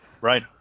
Right